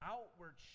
Outward